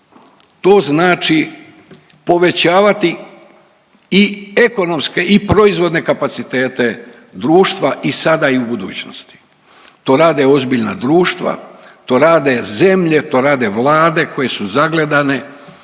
to znači povećavati i ekonomske i proizvodne kapacitete društva i sada i u budućnosti. To rade ozbiljna društva, to rade zemlje, to rade vlade koje su zagledane